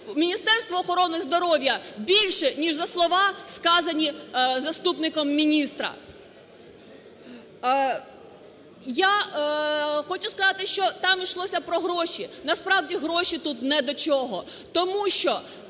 Міністерству охорони здоров'я більше, ніж за слова, сказані заступником міністра. Я хочу сказати, що там йшлося про гроші. Насправді гроші тут ні до чого,